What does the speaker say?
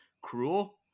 cruel